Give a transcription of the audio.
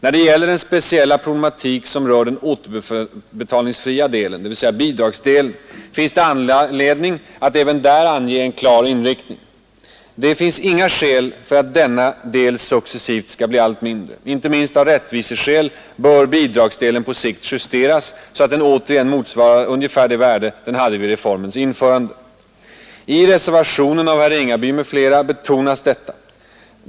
När det gäller den speciella problematik som rör den återbetalningsfria delen — dvs. bidragsdelen — vill jag säga att det finns anledning att även där ange en klar inriktning. Det finns inga skäl som talar för att denna del successivt skall bli allt mindre. Inte minst av rättviseskäl bör bidragsdelen på sikt justeras så att den återigen motsvarar ungefär det värde den hade vid reformens införande. I reservationen av herr Ringaby m.fl. betonas detta.